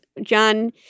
John